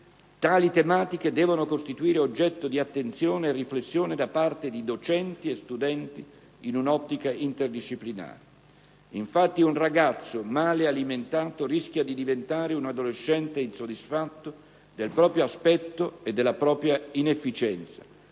tali tematiche devono costituire oggetto di attenzione e riflessione da parte di docenti e studenti in un'ottica interdisciplinare. Infatti, un ragazzo male alimentato rischia di diventare un adolescente insoddisfatto del proprio aspetto e della propria inefficienza,